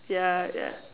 yeah yeah